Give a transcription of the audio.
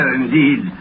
indeed